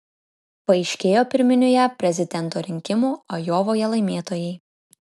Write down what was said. paaiškėjo pirminių jav prezidento rinkimų ajovoje laimėtojai